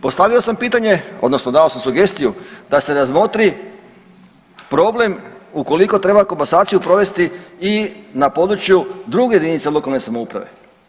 Postavio sam pitanje, odnosno dao sam sugestiju da se razmotri problem ukoliko treba komasaciju provesti i na području druge jedinice lokalne samouprave.